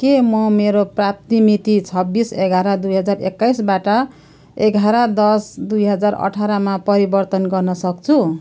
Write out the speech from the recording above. के म मेरो प्राप्ति मिति छब्बिस एघार दुई हजार एक्काइसबाट एघार दस दुई हजार अठारमा परिवर्तन गर्नसक्छु